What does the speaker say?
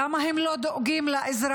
למה הם לא דואגים לאזרחים?